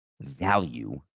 value